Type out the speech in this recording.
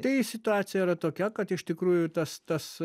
tai situacija yra tokia kad iš tikrųjų tas tas